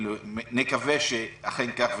מקווה שאכן כך,